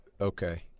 Okay